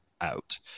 out